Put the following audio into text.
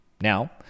Now